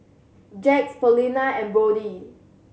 Jax Paulina and Brodie